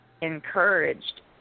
encouraged